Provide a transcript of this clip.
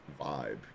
vibe